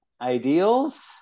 ideals